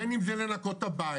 בין אם זה לנקות את הבית,